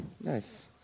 Nice